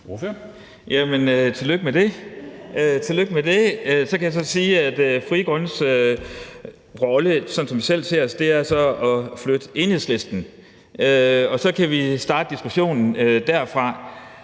tillykke med det. Så kan jeg sige, at Frie Grønnes rolle, sådan som vi selv ser os, er at flytte Enhedslisten. Og så kan vi starte diskussionen derfra.